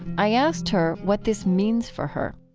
i asked her what this means for her,